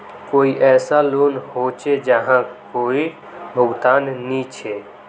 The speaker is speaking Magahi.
कोई ऐसा लोन होचे जहार कोई भुगतान नी छे?